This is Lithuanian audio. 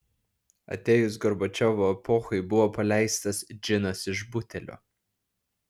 atėjus gorbačiovo epochai buvo paleistas džinas iš butelio